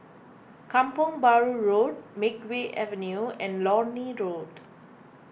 Kampong Bahru Road Makeway Avenue and Lornie Road